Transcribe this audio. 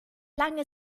lange